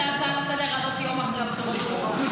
ההצעה הזאת לסדר-היום יום אחרי הבחירות המקומיות.